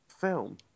film